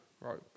right